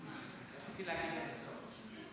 בנאום הקודם שלי דיברתי על שלוש מדינות: